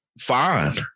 Fine